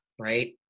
right